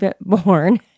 born